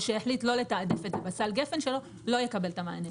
או שהחליט לא לתעדף את זה בסל הגפ"ן שלו לא יקבל את המענה.